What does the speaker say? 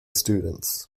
students